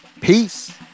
peace